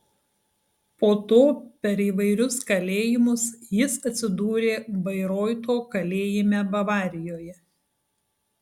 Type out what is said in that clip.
po to per įvairius kalėjimus jis atsidūrė bairoito kalėjime bavarijoje